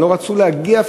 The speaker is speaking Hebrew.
הם לא רצו להגיע,